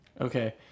Okay